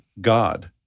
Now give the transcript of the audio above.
God